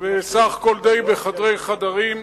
וסך הכול די בחדרי חדרים,